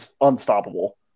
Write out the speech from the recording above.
unstoppable